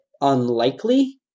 unlikely